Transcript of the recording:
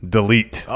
Delete